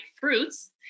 fruits